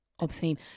obscene